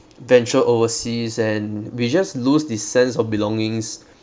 venture overseas and we just lose this sense of belongings